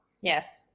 Yes